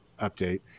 update